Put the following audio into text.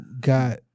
got